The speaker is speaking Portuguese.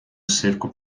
cerco